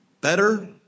better